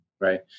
right